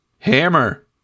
Hammer